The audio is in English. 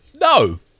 no